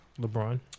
LeBron